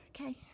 Okay